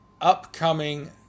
upcoming